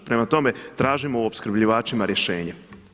Prema tome, tražimo u opskrbljivačima rješenje.